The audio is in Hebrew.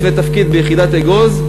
לפני תפקיד ביחידת אגוז,